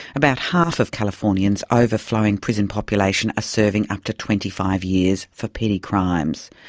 about half of california's overflowing prison population are serving up to twenty five years for petty crimes.